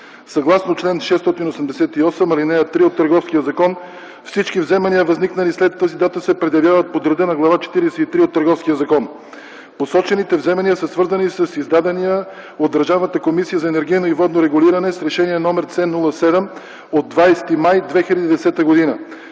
Съгласно чл. 688, ал. 3 от Търговския закон всички вземания, възникнали след тази дата, се предявяват по реда на Глава четиридесет и трета от Търговския закон. Посочените вземания са свързани с издадения от Държавната комисия за енергийно и водно регулиране с Решение С-07/20 май 2010 г.